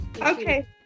okay